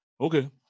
Okay